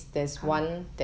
correct